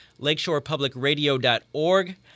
lakeshorepublicradio.org